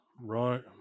right